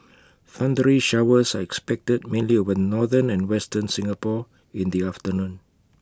thundery showers are expected mainly over northern and western Singapore in the afternoon